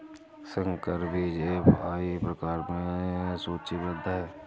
संकर बीज एफ.आई प्रकार में सूचीबद्ध है